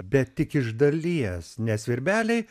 bet tik iš dalies nes svirbeliai